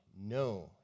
no